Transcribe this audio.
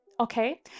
Okay